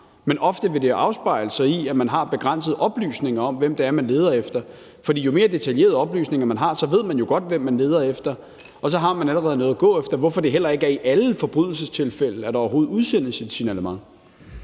Men ofte vil det jo afspejle sig i, at man har begrænsede oplysninger om, hvem det er, man leder efter. For jo mere detaljerede oplysninger, man har, jo bedre ved man, hvem man leder efter, og så har man allerede noget at gå efter, hvorfor det heller ikke er i alle forbrydelsestilfælde, at der overhovedet udsendes et signalement.